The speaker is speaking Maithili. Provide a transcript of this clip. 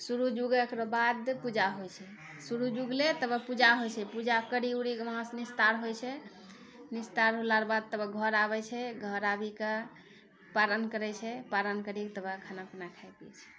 सुरुज उगै ओकरा बाद पूजा होइ छै सुरुज उगलै तब पूजा होइ छै पूजा करि उरि कऽ उहाँ से निस्तार होइ छै निस्तार होलाके बाद तब घर आबै छै घर आबि कऽ पारण करै छै पारण करि तकर बाद खाना पीना खाइ छै